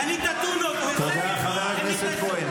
קנית טונות והם נכנסו איתי לזירה.